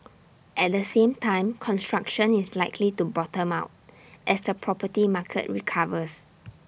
at the same time construction is likely to bottom out as the property market recovers